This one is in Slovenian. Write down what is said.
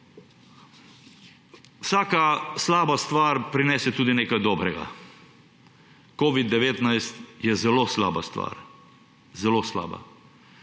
Vsaka slaba stvar prinese tudi nekaj dobrega. Covid-19 je zelo slaba stvar. Zelo slaba.